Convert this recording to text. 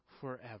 forever